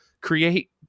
create